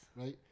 Right